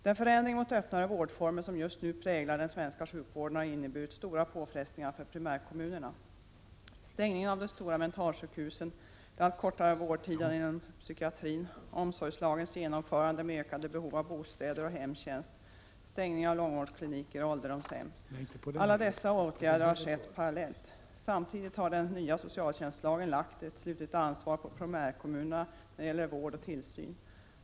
Den förändring mot öppnare vårdformer som just nu präglar den svenska sjukvården har inneburit stora påfrestningar för primärkommunerna — stängningen av de stora mentalsjukhusen, de allt kortare vårdtiderna inom psykiatrin, omsorgslagens genomförande med ökade behov av bostäder.och hemtjänst, stängningen av långvårdskliniker och ålderdomshem. Alla dessa åtgärder har skett parallellt. Samtidigt har den nya socialtjänstlagen lagt ett slutligt ansvar på primärkommunerna när det gäller vård och tillsyn.